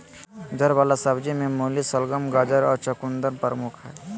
जड़ वला सब्जि में मूली, शलगम, गाजर और चकुंदर प्रमुख हइ